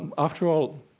and after all,